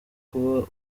kuba